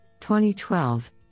2012